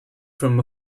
from